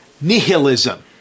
nihilism